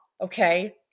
okay